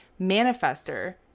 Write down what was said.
manifester